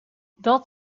dat